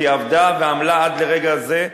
כי היא עבדה ועמלה עד רגע זה,